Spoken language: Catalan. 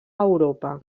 europa